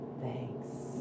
Thanks